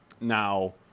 Now